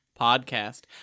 podcast